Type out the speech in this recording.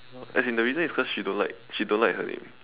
as in the reason is because she don't like she don't like her name